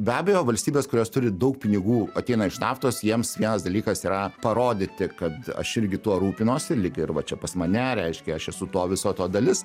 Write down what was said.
be abejo valstybės kurios turi daug pinigų ateina iš naftos jiems vienas dalykas yra parodyti kad aš irgi tuo rūpinuosi lyg ir va čia pas mane reiškia aš esu to viso to dalis